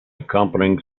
accompanying